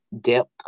depth